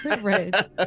Right